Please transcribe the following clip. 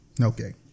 Okay